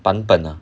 版本 ah